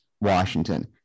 Washington